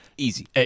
Easy